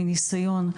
מניסיון.